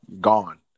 Gone